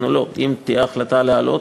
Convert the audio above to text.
אם תהיה החלטה להעלות,